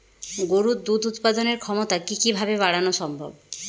গরুর দুধ উৎপাদনের ক্ষমতা কি কি ভাবে বাড়ানো সম্ভব?